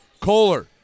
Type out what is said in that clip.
Kohler